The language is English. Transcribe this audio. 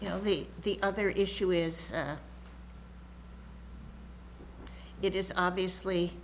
you know the the other issue is it is obviously